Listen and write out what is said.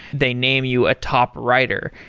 they name you a top writer.